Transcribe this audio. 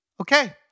Okay